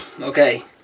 okay